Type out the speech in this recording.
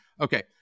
Okay